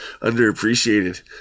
underappreciated